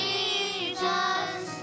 Jesus